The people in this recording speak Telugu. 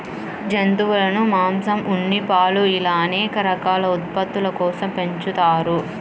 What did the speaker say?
జంతువులను మాంసం, ఉన్ని, పాలు ఇలా అనేక రకాల ఉత్పత్తుల కోసం పెంచుతారు